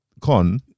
Con